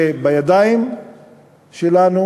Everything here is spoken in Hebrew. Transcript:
זה בידיים שלנו.